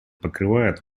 покрывает